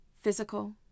physical